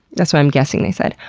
that's what i'm guessing they said.